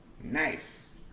Nice